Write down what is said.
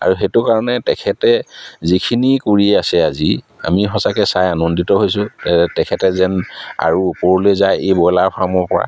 আৰু সেইটো কাৰণে তেখেতে যিখিনি কৰি আছে আজি আমি সঁচাকৈ চাই আনন্দিত হৈছোঁ তেখেতে যেন আৰু ওপৰলৈ যায় এই ব্ৰইলাৰ ফাৰ্মৰপৰা